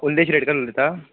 उल्लेश रेडकर उलयता